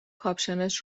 کاپشنش